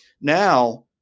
Now